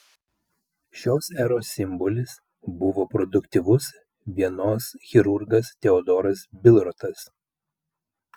šios eros simbolis buvo produktyvus vienos chirurgas teodoras bilrotas